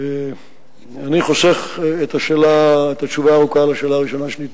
אני חושב שזו תהיה טעות להפריט את משק החשמל.